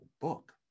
book